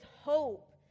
hope